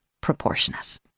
proportionate